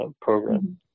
program